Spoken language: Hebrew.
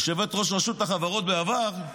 יושבת-ראש רשות החברות בעבר,